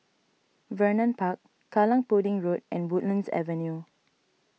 Vernon Park Kallang Pudding Road and Woodlands Avenue